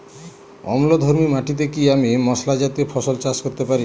অম্লধর্মী মাটিতে কি আমি মশলা জাতীয় ফসল চাষ করতে পারি?